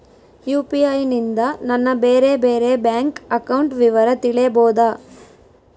UPI ನಿಂದ ನನ್ನ ಬೇರೆ ಬೇರೆ ಬ್ಯಾಂಕ್ ಅಕೌಂಟ್ ವಿವರ ತಿಳೇಬೋದ?